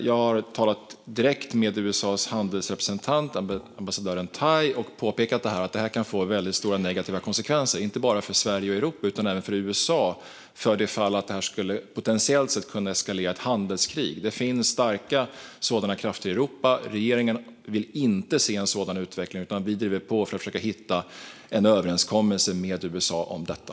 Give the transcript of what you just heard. Jag har talat direkt med USA:s handelsrepresentant ambassadör Tai och påpekat att detta kan få stora negativa konsekvenser inte bara för Sverige och Europa utan även för USA eftersom det här potentiellt sett skulle kunna eskalera till ett handelskrig. Det finns starka sådana krafter i Europa. Regeringen vill inte se en sådan utveckling, utan vi driver på för att försöka hitta en överenskommelse med USA.